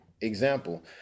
example